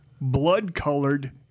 blood-colored